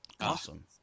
awesome